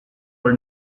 for